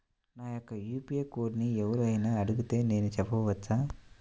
నా యొక్క యూ.పీ.ఐ కోడ్ని ఎవరు అయినా అడిగితే నేను చెప్పవచ్చా?